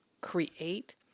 create